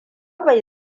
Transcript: bai